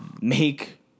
make